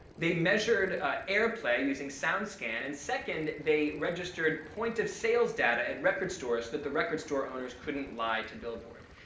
they measured ah airplay using soundscan. and second, they registered point of sales data at record stores that the record store owners couldn't lie to billboard.